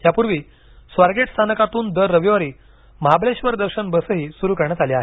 यापूर्वी स्वारगेट स्थानकातून दर रविवारी महाबळेश्वर दर्शन बसही सुरू करण्यात आली आहे